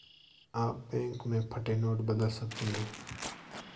आप बैंक में फटे नोट बदल सकते हैं